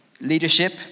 Leadership